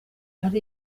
ari